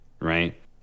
right